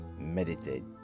meditate